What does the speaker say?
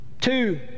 Two